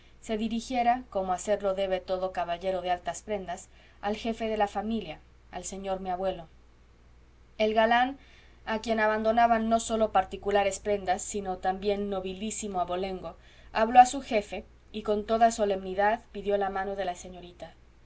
se dirigiera como hacerlo debe todo caballero de altas prendas al jefe de la familia al señor mi abuelo el galán a quien abonaban no sólo particulares prendas sino también nobilísimo abolengo habló a su jefe y con toda solemnidad pidió la mano de la señorita